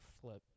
flip